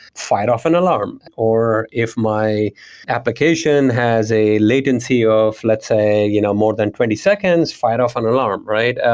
fire off an alarm or if my application has a latency of let's say you know more than twenty seconds, fire off an alarm, right? ah